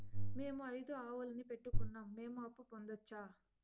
మేము ఐదు ఆవులని పెట్టుకున్నాం, మేము అప్పు పొందొచ్చా